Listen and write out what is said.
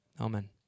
Amen